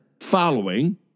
following